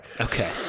Okay